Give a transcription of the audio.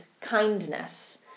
kindness